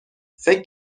فکر